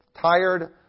tired